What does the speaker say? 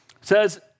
says